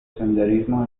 senderismo